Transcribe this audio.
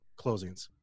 closings